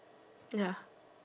ya